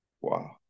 Wow